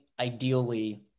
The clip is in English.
Ideally